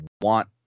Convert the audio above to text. want